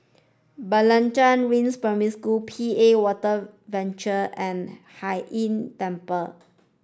Blangah Rise Primary School P A Water Venture and Hai Inn Temple